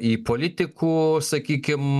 į politikų sakykim